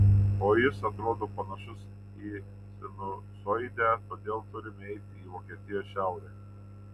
o jis atrodo panašus į sinusoidę todėl turime eiti į vokietijos šiaurę